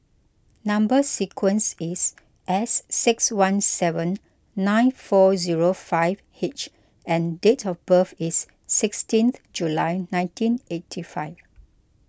Number Sequence is S six one seven nine four zero five H and date of birth is sixteen July nineteen eighty five